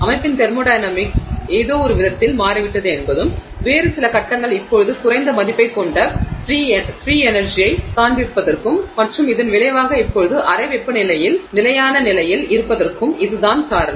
அமைப்பின் தெர்மோடையனமிக்ஸ் ஏதோவொரு விதத்தில் மாறிவிட்டது என்பதும் வேறு சில கட்டங்கள் இப்போது குறைந்த மதிப்பைக் கொண்ட ஃபிரீ எனர்ஜியைக் காண்பிப்பதற்கும் மற்றும் இதன் விளைவாக இப்போது அறை வெப்பநிலையில் நிலையான நிலையில் இருப்பதற்கும் இதுவே காரணம்